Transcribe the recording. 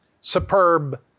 superb